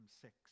six